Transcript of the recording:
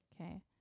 okay